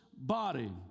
body